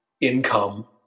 income